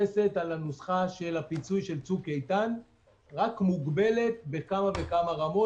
בחוק אין הגדרה של הוצאות קבועות.